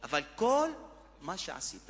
אבל כל מה שעשית